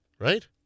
Right